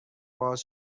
باز